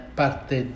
parte